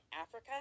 Africa